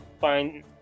fine